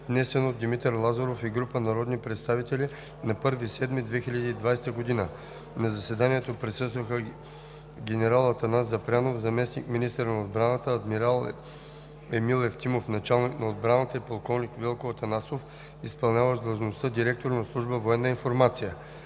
внесен от Димитър Лазаров и група народни представители на 1 юли 2020 г. На заседанието присъстваха генерал Атанас Запрянов –заместник-министър на отбраната, адмирал Емил Евтимов –началник на отбраната и полковник Велко Атанасов – изпълняващ длъжността директор на Служба „Военна информация“.